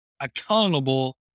accountable